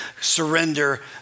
surrender